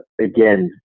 again